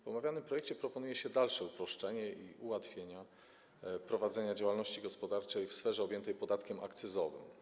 W omawianym projekcie proponuje się dalsze uproszczenie i ułatwienia prowadzenia działalności gospodarczej w sferze objętej podatkiem akcyzowym.